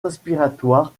respiratoire